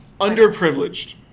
Underprivileged